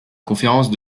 conférence